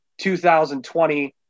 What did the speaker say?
2020